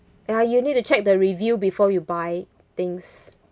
ya you need to check the review before you buy things